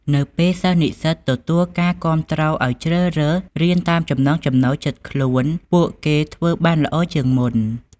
នៅពេលសិស្សនិស្សិតទទួលការគាំទ្រឲ្យជ្រើសរើសរៀនតាមចំណង់ចំណូលចិត្តខ្លួន ពួកគេធ្វើបានល្អជាងមុន។